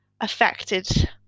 affected